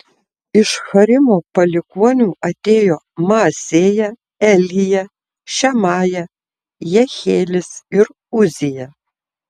iš harimo palikuonių atėjo maasėja elija šemaja jehielis ir uzija